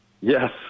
Yes